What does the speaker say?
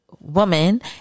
woman